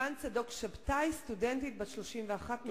סיוון צדוק-שבתאי, סטודנטית בת 31 מכפר-יונה.